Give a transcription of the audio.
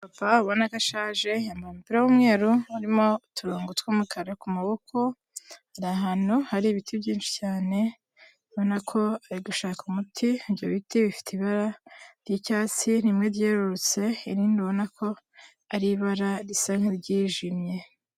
Umupapa ubona ko ashaje, yambaye umupira w'umweru urimo uturongo tw'umukara ku maboko. Ari ahantu hari ibiti byinshi cyane, ubona ko ari gushaka umuti. Ibyo biti bifite ibara ry'icyatsi rimwe ryerurutse, irindi ubona ko ari ibara risa nk'iryijimye.